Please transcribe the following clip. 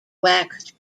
waxed